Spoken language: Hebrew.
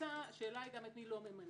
במועצה השאלה היתה את מי לא ממנים.